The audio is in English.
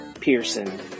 Pearson